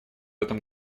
этом